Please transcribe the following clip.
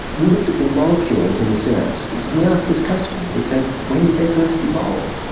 we looked at the molecules in the synapses and we asked this question, we said, when did they first evolve?